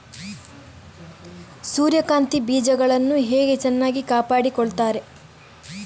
ಸೂರ್ಯಕಾಂತಿ ಬೀಜಗಳನ್ನು ಹೇಗೆ ಚೆನ್ನಾಗಿ ಕಾಪಾಡಿಕೊಳ್ತಾರೆ?